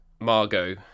margot